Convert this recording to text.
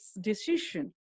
decision